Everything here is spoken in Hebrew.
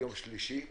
יום שלישי בחצות.